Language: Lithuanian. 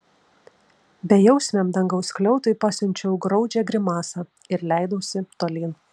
bejausmiam dangaus skliautui pasiunčiau graudžią grimasą ir leidausi tolyn